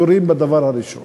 יורים בדבר הראשון.